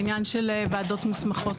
בעניין של וועדות מוסמכות,